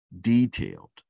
detailed